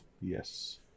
Yes